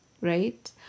right